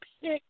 pick